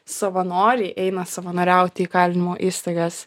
savanoriai eina savanoriauti į įkalinimo įstaigas